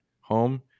home